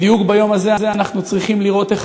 בדיוק ביום הזה אנחנו צריכים לראות איך